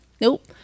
Nope